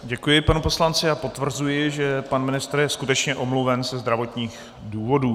Děkuji panu poslanci a potvrzuji, že pan ministr je skutečně omluven ze zdravotních důvodů.